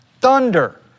Thunder